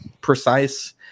precise